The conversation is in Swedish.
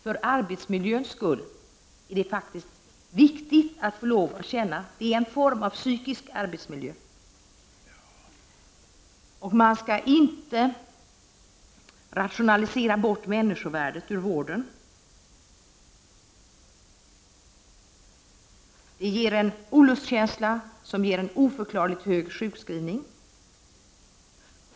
För arbetsmiljöns skull är det faktiskt viktigt att få känna att det är en form av psykisk arbetsmiljö. Och man skall inte rationalisera bort människovärdet ur vården. Det ger en olustkänsla som ger en oförklarligt hög sjukskrivningsfrekvens.